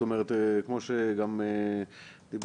כמו שגם דיברת,